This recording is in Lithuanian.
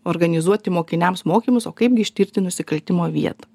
organizuoti mokiniams mokymus o kaip gi ištirti nusikaltimo vietą